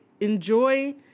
enjoy